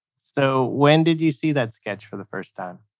so when did you see that sketch for the first time?